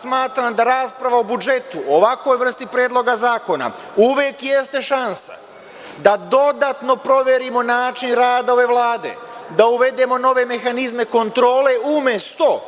Smatram da rasprava o budžetu, o ovakvoj vrsti predloga zakona uvek jeste šansa da dodatno proverimo način rada ove Vlada, da uvedemo nove mehanizme kontrole, umesto